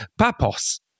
Papos